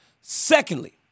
Secondly